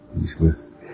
useless